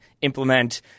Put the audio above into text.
implement